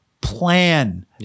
plan